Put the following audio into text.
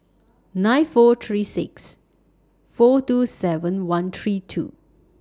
nine four three six four two seven one three two